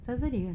sudi ke